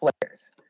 players